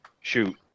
Shoot